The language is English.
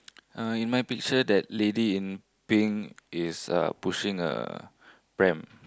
Uh in my picture that lady in pink is uh pushing a pram